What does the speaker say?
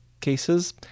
cases